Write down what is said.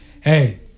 hey